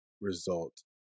result